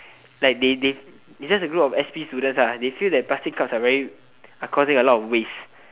like they they is just a group of s_p students ah they feel that plastic cups are very are causing a lot of waste